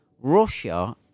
Russia